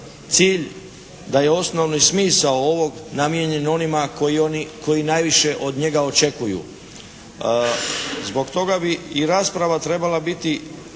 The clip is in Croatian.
da je osnovni smisao ovog namijenjen onima koji najviše od njega očekuju. Zbog toga bi i rasprava trebala biti